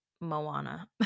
moana